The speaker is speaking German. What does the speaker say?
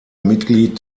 mitglied